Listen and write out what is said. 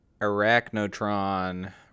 Arachnotron